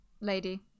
lady